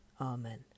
Amen